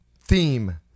theme